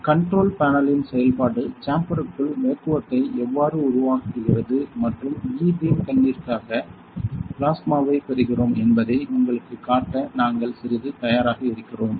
control பேனலின் செயல்பாடு சேம்பர்க்குள் வேக்குவத்த்தை எவ்வாறு உருவாகிறது மற்றும் E பீம் கன்னிற்க்காக பிளாஸ்மாவைப் பெறுகிறோம் என்பதை உங்களுக்குக் காட்ட நாங்கள் சிறிது தயாராக இருக்கிறோம்